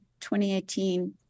2018